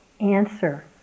answer